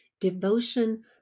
devotion